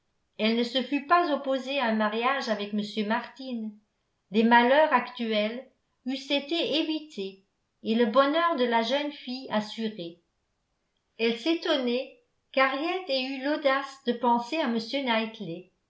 elle ne se fût pas opposée à un mariage avec m martin les malheurs actuels eussent été évités et le bonheur de la jeune fille assuré elle s'étonnait qu'henriette ait eu l'audace de penser à